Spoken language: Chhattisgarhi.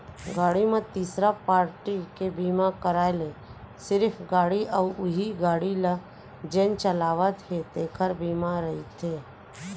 गाड़ी म तीसरा पारटी के बीमा कराय ले सिरिफ गाड़ी अउ उहीं गाड़ी ल जेन चलावत हे तेखर बीमा रहिथे